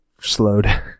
slowed